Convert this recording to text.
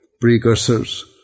precursors